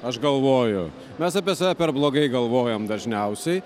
aš galvoju mes apie save per blogai galvojam dažniausiai